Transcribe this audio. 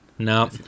No